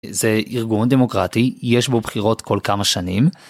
זה ארגון דמוקרטי יש בו בחירות כל כמה שנים.